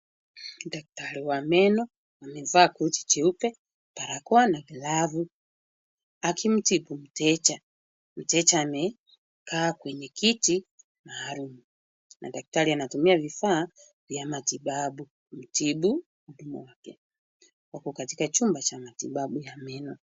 Daktari wa meno, amevaa koti jeupe, barakoa na glavu, akimtibu mteja. Mteja amekaa kwenye kiti maalum, na daktari anatumia vifaa vya matibabu kumtibu mwanamke. Wako katika chumba cha matibabu ya meno.